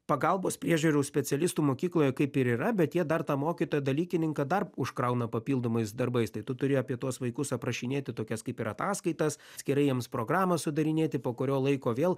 pagalbos priežiūrų specialistų mokykloje kaip ir yra bet jie dar tą mokytoją dalykininką dar užkrauna papildomais darbais tai tu turi apie tuos vaikus aprašinėti tokias kaip ir ataskaitas atskirai jiems programą sudarinėti po kurio laiko vėl